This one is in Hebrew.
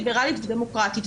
ליברלית ודמוקרטית.